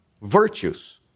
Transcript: Virtues